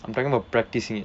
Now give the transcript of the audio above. I'm talking about practicing